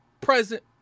present